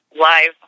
live